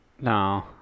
No